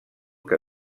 que